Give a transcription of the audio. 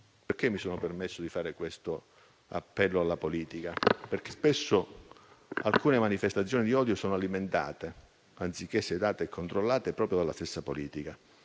Perché mi sono permesso di fare questo appello alla politica? Spesso alcune manifestazioni di odio sono alimentate, anziché sedate e controllate, proprio dalla stessa politica.